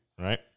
right